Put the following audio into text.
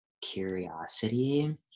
curiosity